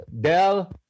Dell